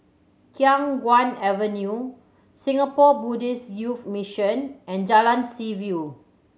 Khiang Guan Avenue Singapore Buddhist Youth Mission and Jalan Seaview